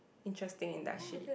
interesting industry